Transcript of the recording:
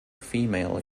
female